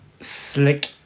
slick